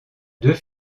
deux